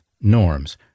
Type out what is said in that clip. norms